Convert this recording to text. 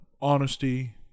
honesty